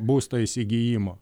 būsto įsigijimo